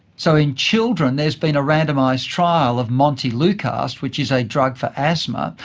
so in children there has been a randomised trial of montelukast, which is a drug for asthma,